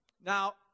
Now